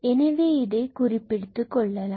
எனவே இதை குறிப்பு எடுத்துக் கொள்ளலாம்